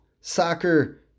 soccer